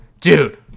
dude